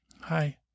Hi